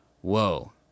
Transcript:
whoa